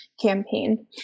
campaign